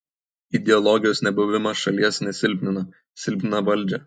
ideologijos nebuvimas šalies nesilpnina silpnina valdžią